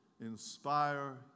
inspire